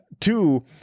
two